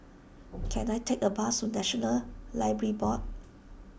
can I take a bus National Library Board